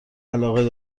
علاقه